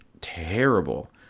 terrible